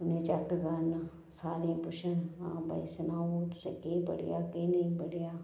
उनेंगी चैक करन सारें गी पुच्छन हां भई सनाओ कि केह् पढ़ेआ केह् नेईं पढ़ेआ